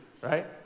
right